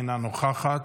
אינה נוכחת.